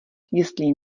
jestli